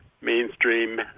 mainstream